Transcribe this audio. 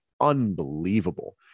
unbelievable